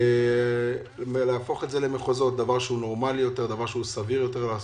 להפוך למחוזות דבר נורמלי וסביר יותר לעשות.